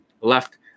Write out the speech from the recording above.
left